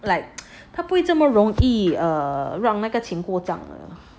like 他不会这么容易 err 让那个钱过账了